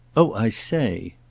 oh i say!